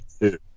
two